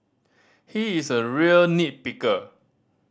he is a real nit picker